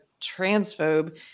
transphobe